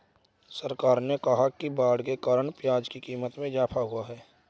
सरकार ने कहा कि बाढ़ के कारण प्याज़ की क़ीमत में इजाफ़ा हुआ है